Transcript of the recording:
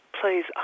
please